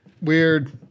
weird